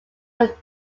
were